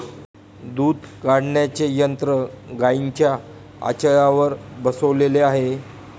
दूध काढण्याचे यंत्र गाईंच्या आचळावर बसवलेले आहे